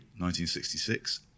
1966